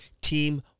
Team